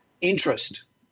interest